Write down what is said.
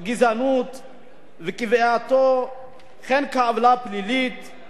וקביעתה הן כעוולה פלילית והן כעוולה אזרחית